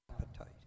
appetite